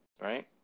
right